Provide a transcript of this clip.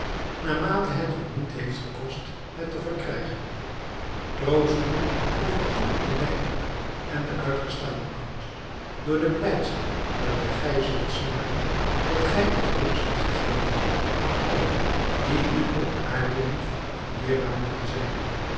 naarmate het u moeite heeft gekost het te verkrijgen troost u over al uw lijden en de uitgestane angst door de blijdschap welke gij zult smaken dat gij u terug ziet gegeven aan allen die u op aarde lief en dierbaar moeten zijn